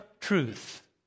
truth